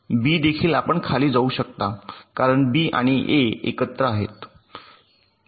बी देखील आपण खाली जाऊ शकता कारण बी आणि ए एकत्र आहेत